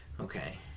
Okay